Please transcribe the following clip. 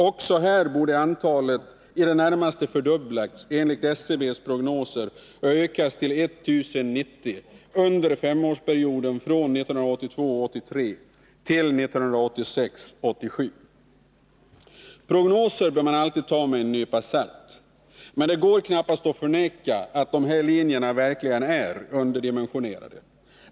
Också här borde antalet i det närmaste fördubblas enligt SCB:s prognoser och ökas till 1090 under femårsperioden från 1982 87. Prognoser bör man alltid ta med en nypa salt. Men det går knappast att förneka att dessa linjer verkligen är underdimensionerade.